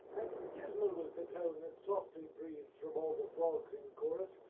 and dismal was the tone that softly breathed from all the frogs in chorus,